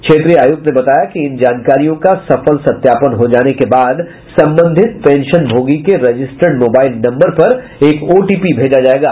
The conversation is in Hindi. क्षेत्रीय आयुक्त ने बताया कि इन जानकारियों का सफल सत्यापन हो जाने के बाद संबंधित पेंशनभोगी के रजिस्टर्ड मोबाइल नम्बर पर एक ओटीपी भेजा जायेगा